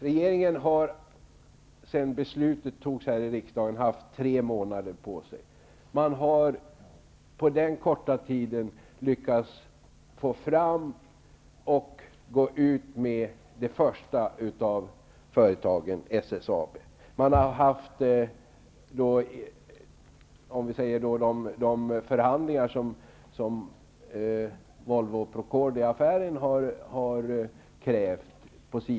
Regeringen har sedan beslutet fattades i riksdagen haft tre månader på sig. På den korta tiden har man lyckats få fram och gå ut med det första företaget -- SSAB. Man har haft de förhandlingar som Volvo--Procordiaaffären har krävt.